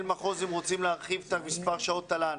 מחוז אם רוצים להרחיב את מספר שעות תל"ן,